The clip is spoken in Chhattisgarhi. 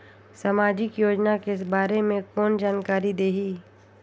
समाजिक योजना के बारे मे कोन जानकारी देही?